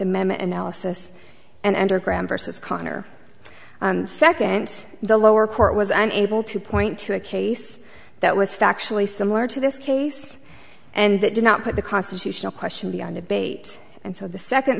amendment analysis and or graham versus conner second the lower court was unable to point to a case that was factually similar to this case and that did not put the constitutional question beyond a bait and so the second